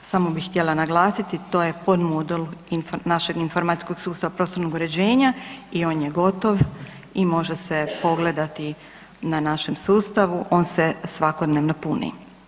Samo bih htjela naglasiti, to je podmodel našeg informacijskog sustava prostornog uređenja i on je gotov i može se pogledati na našem sustavu, on se svakodnevno puni.